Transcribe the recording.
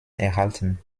erhalten